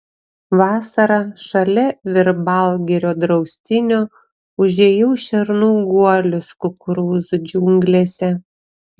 vasarą šalia virbalgirio draustinio užėjau šernų guolius kukurūzų džiunglėse